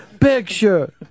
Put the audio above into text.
picture